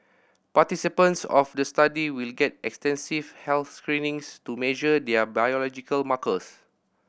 participants of the study will get extensive health screenings to measure their biological markers